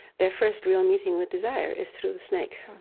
their first real meeting with desire is through the snake,